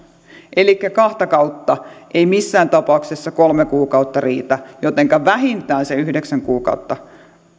elikkä kahta kautta ei missään tapauksessa kolme kuukautta riitä jotenka vähintään se yhdeksän kuukautta